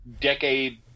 decade